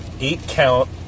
eight-count